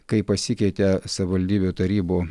kai pasikeitė savivaldybių tarybų